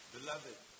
Beloved